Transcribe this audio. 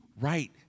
right